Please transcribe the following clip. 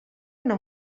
una